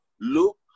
look